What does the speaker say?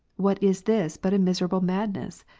what is this but a miserable madness?